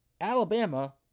Alabama